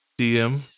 DM